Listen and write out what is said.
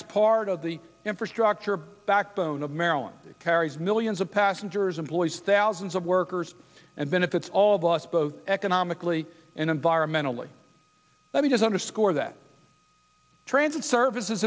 is part of the infrastructure backbone of maryland carries millions of passengers employs thousands of workers and benefits all of us both economically and environmentally let me just underscore that transit service